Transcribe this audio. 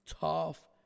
tough